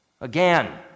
again